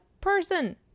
person